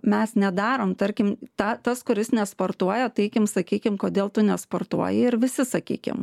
mes nedarom tarkim ta tas kuris nesportuoja teikim sakykim kodėl tu nesportuoji ir visi sakykim